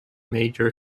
major